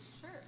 Sure